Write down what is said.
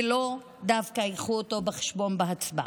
ולאו דווקא יילקח בחשבון בהצבעה.